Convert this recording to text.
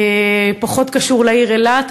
פחות קשור לעיר אילת,